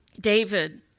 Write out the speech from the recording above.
David